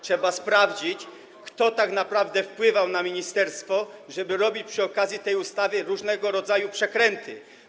Trzeba sprawdzić, kto tak naprawdę wpływał na ministerstwo, żeby robić przy okazji tej ustawy różnego rodzaju przekręty.